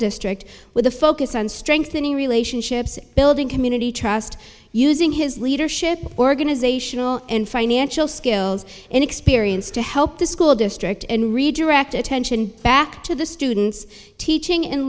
district with a focus on strengthening relationships building community trust using his leadership organizational and financial skills and experience to help the school district and redirect attention back to the students teaching and